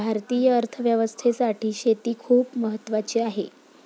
भारतीय अर्थव्यवस्थेसाठी शेती खूप महत्त्वाची आहे